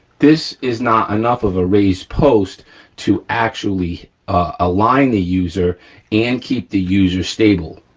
this is not enough of a raised post to actually align the user and keep the user stable.